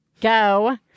go